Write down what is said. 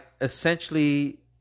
essentially